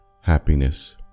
happiness